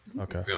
Okay